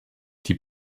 die